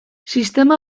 sistema